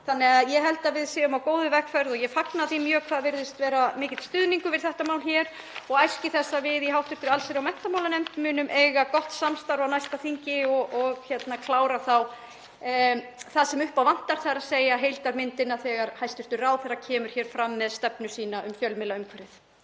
konar. Ég held að við séum á góðri vegferð og ég fagna því mjög hvað virðist vera mikill stuðningur við þetta mál hér og æski þess að við í hv. allsherjar- og menntamálanefnd munum eiga gott samstarf á næsta þingi og klára þá það sem upp á vantar, þ.e. heildarmyndina, þegar hæstv. ráðherra kemur fram með stefnu sína um fjölmiðlaumhverfið.